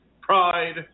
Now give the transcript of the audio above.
Pride